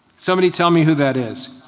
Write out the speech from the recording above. somebody tell me who that is.